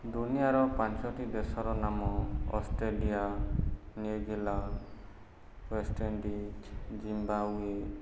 ଦୁନିଆର ପାଞ୍ଚଟି ଦେଶର ନାମ Australia New Zealand West Indies Zimbabwe